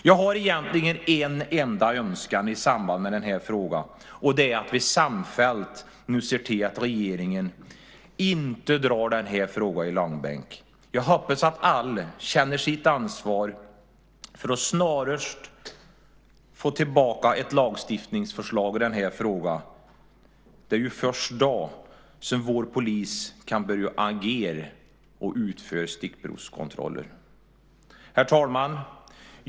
Jag har egentligen en enda önskan i samband med den här frågan, och det är att vi samfällt nu ska se till att regeringen inte drar frågan i långbänk. Jag hoppas att alla känner sitt ansvar för att det snarast kommer tillbaka ett lagstiftningsförslag i frågan. Det är först då som vår polis kan börja agera och utföra stickprovskontroller. Herr talman!